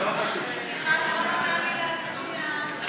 ההצעה להעביר את הצעת חוק חובת תשלום בשוברים,